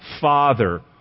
Father